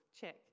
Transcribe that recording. check